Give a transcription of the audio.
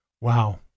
Wow